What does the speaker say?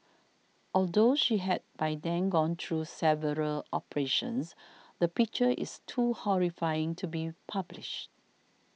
although she had by then gone through several operations the picture is too horrifying to be published